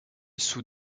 sous